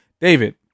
david